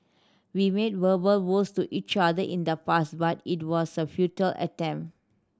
we made verbal vows to each other in the past but it was a futile attempt